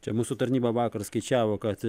čia mūsų tarnyba vakar skaičiavo kad